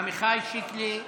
עמיחי שיקלי,